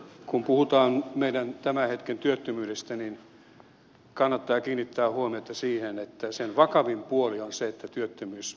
kun puhutaan meidän tämän hetken työttömyydestä niin kannattaa kiinnittää huomiota siihen että sen vakavin puoli on se että työttömyys pitkittyy